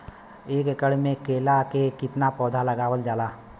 एक एकड़ में केला के कितना पौधा लगावल जाला?